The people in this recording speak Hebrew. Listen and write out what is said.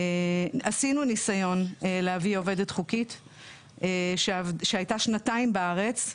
עשינו ניסיון להביא עובדת חוקית שהייתה שנתיים בארץ,